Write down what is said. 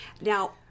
Now